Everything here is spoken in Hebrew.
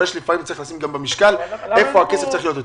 אבל לפעמים צריך על המשקל היכן הכסף צריך להיות יותר.